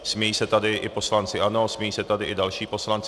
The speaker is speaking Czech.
Smějí se tady i poslanci ANO, smějí se tady i další poslanci.